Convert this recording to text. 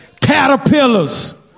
caterpillars